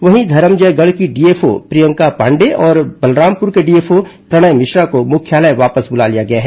वहीं धरमजयगढ़ की डीएफओ प्रियंका पांडेय और बलरामपुर के डीएफओ प्रणय भिश्रा को मुख्यालय वापस बुला लिया गया है